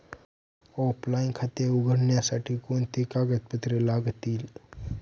Offline खाते उघडण्यासाठी कोणती कागदपत्रे लागतील?